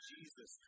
Jesus